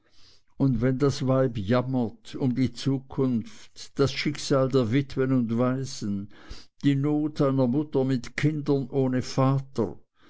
und wenn das weib jammert um die zukunft das schicksal der witwen und waisen die not einer mutter mit kindern ohne vater